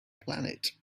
planet